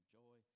joy